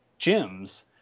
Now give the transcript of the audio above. gyms